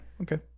okay